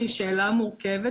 והיא שאלה מורכבת,